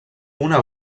una